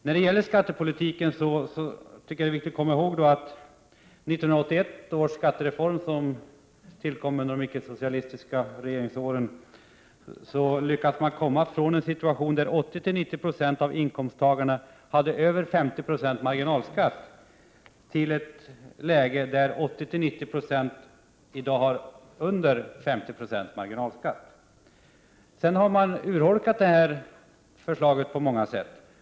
När det gäller skattepolitiken är det viktigt att komma ihåg att man i 1981 års skattereform, som tillkom under de icke-socialistiska regeringsåren, lyckades komma ifrån en situation där 80-90 96 av inkomsttagarna hade över 50 90 marginalskatt till ett läge där 80-90 26 av inkomsttagarna i dag har under 50 96 marginalskatt. Sedan har detta förslag urholkats på många sätt.